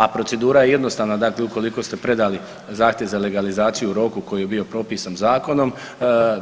A procedura je jednostavna, dakle ukoliko ste predali zahtjev za legalizaciju u roku koji je bio propisan zakonom